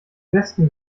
westen